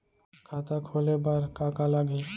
खाता खोले बार का का लागही?